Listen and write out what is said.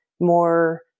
more